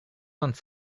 vingt